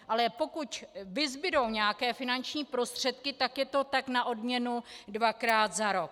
Ale pokud zbudou nějaké finanční prostředky, tak je to tak na odměnu dvakrát za rok.